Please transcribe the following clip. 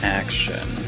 action